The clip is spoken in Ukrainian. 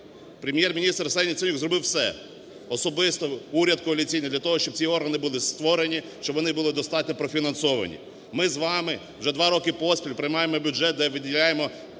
Прем'єр-міністр Арсеній Яценюк зробив все особисто, уряд коаліційний для того, щоб ці органи були створені, щоб вони були достатньо профінансовані. Ми з вами вже два роки поспіль приймаємо бюджет та виділяємо